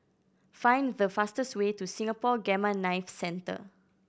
find the fastest way to Singapore Gamma Knife Centre